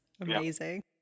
amazing